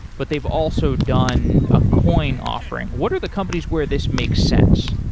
but they've also done a coin offering. what are the companies where this makes sense?